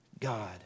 God